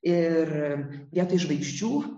ir vietoj žvaigždžių